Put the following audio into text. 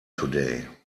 today